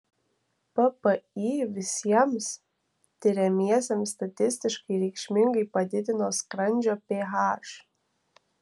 ppi visiems tiriamiesiems statistiškai reikšmingai padidino skrandžio ph